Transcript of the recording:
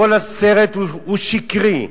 כל הסרט שקרי,